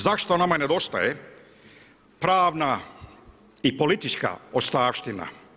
Zašto nama nedostaje pravna i politička ostavština?